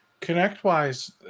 ConnectWise